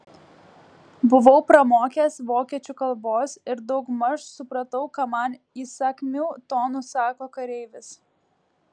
buvau pramokęs vokiečių kalbos ir daugmaž supratau ką man įsakmiu tonu sako kareivis